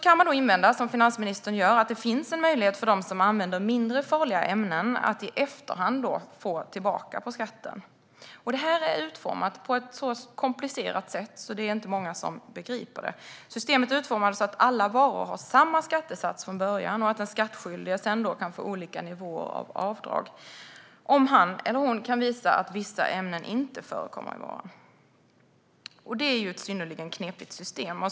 Man kan invända, som finansministern gör, att det finns en möjlighet för dem som använder mindre farliga ämnen att i efterhand få tillbaka på skatten. Det är utformat på ett så komplicerat sätt att det inte är många som begriper det. Systemet är utformat så att alla varor har samma skattesats från början och att den skattskyldige sedan kan få olika nivåer av avdrag om han eller hon kan visa att vissa ämnen inte förekommer i varan. Det är ett synnerligen knepigt system.